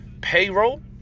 payroll